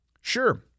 Sure